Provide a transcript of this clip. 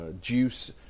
juice